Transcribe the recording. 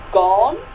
gone